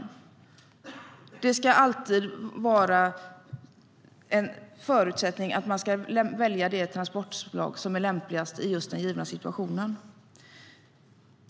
Förutsättningen ska alltid vara att man ska välja det transportslag som är lämpligast i den givna situationen.